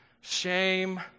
Shame